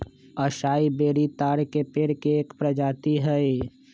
असाई berry ताड़ के पेड़ के एक प्रजाति हई